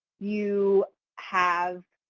you have